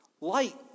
Light